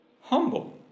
Humble